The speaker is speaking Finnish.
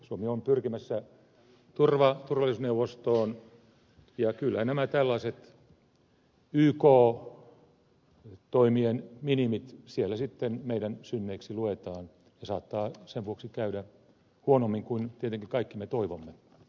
suomi on pyrkimässä turvallisuusneuvostoon ja kyllä nämä tällaiset yk toimien minimit siellä sitten meidän synneiksi luetaan ja saattaa sen vuoksi käydä huonommin kuin tietenkin kaikki me toivomme